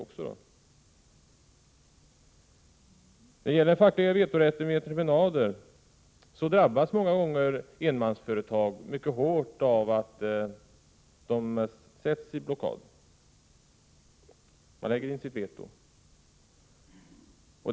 När det gäller den fackliga vetorätten vid entreprenad drabbas många gånger enmansföretag mycket hårt då de sätts i blockad. Facket lägger in sitt veto.